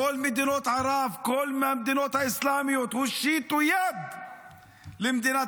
כל מדינות ערב וכל המדינות האסלאמיות הושיטו יד למדינת